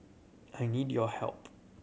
I need your help